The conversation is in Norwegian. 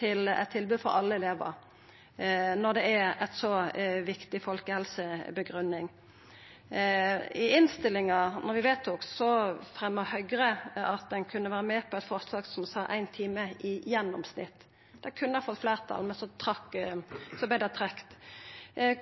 til eit tilbod for alle elevar når det har ei så viktig folkehelsegrunngjeving? I samband med at vi vedtok innstillinga, fremja Høgre at dei kunne vera med på eit forslag som sa éin time i gjennomsnitt. Det kunne fått fleirtal, men så vart det trekt.